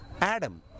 Adam